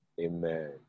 amen